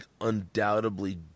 undoubtedly